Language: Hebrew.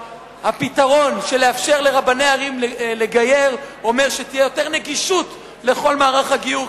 הפתרון שמאפשר לרבני ערים לגייר אומר שתהיה יותר נגישות לכל מערך הגיור,